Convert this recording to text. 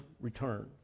return